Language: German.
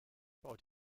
baut